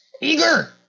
Eager